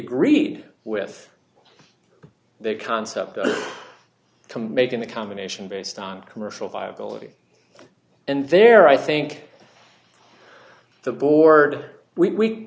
agreed with the concept of making the combination based on commercial viability and there i think the board we